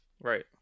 Right